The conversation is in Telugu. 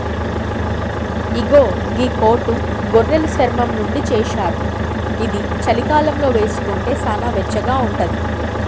ఇగో గీ కోటు గొర్రెలు చర్మం నుండి చేశారు ఇది చలికాలంలో వేసుకుంటే సానా వెచ్చగా ఉంటది